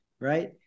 right